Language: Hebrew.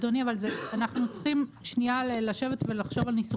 אדוני אבל אנחנו צריכים שניה לשבת ולחשוב על ניסוחים.